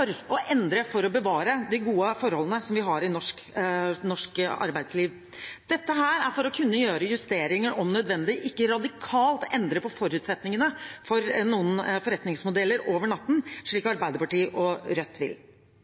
å endre for å bevare de gode forholdene som vi har i norsk arbeidsliv – dette for å kunne gjøre justeringer om nødvendig, ikke radikalt endre på forutsetningene for noen forretningsmodeller over natten, slik Arbeiderpartiet og Rødt vil.